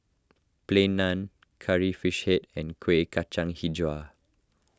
Plain Naan Curry Fish Head and Kueh Kacang HiJau